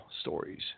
stories